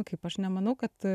kaip aš nemanau kad